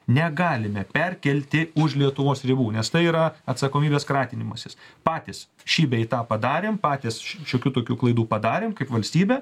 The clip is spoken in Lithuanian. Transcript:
negalime perkelti už lietuvos ribų nes tai yra atsakomybės kratynimasis patys šį bei tą padarėm patys šiokių tokių klaidų padarėm kaip valstybė